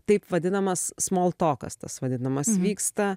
taip vadinamas smoltokas tas vadinamas vyksta